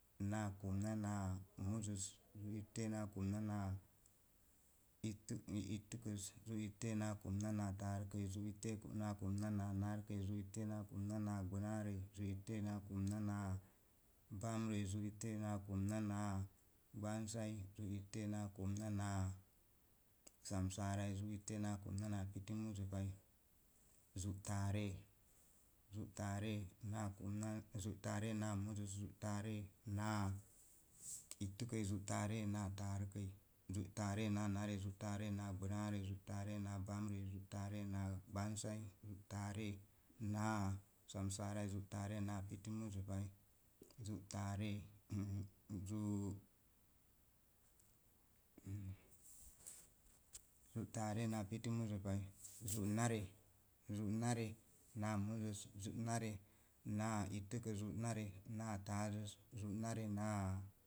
Nāā komna naa muzoz, zu itte naa komna naa itte, itte kəi zu’ itte naa komna naa taarə kəi, zu ittei naa komna nāā narkəi, zú itte naa komna naa gbənaarəi, zu’ itte naa komna naa bamrəi zu'itte naa komna nam gbansai, zu'itta naa komna naa samsaarai zú itte naa komna naa piti muzopai zú taarə zú taarə naa komna zú taarə naa muzoz, zu tararə ittekəi, zú taarə naa narei, zu taare naa gbənaarei, zú taare naa gbənaarei, zú taare naa bamrəi zú teere naa gbansai, zu taare sa saarai zu taare naa piti muzo pai zu taare zú zú taare naa piti muzo pai zú nare zú nare naa muzoz zú nare naa ittekəz zú naa taazəz, zú nare naa